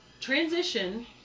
transition